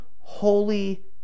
holy